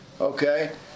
Okay